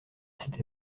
cet